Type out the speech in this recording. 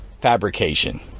fabrication